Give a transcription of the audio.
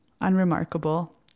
unremarkable